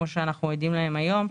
כמו שאנחנו עדים להם היום,